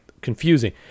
confusing